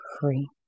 free